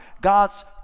God's